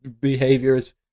behaviors